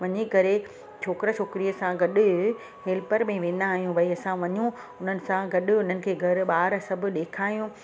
वञी करे छोकिरे छोकिरी सां गॾु हेल्पर में वेंदा आहियूं भई असां वञूं उन्हनि सां गॾु उन्हनि खे घर ॿार सभु ॾेखारूं